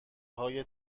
های